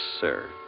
sir